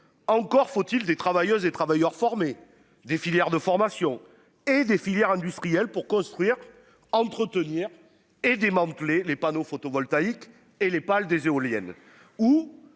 encore faut-il des travailleuses et travailleurs formés des filières de formation et des filières industrielles pour construire, entretenir et démanteler les panneaux photovoltaïques et les pales des éoliennes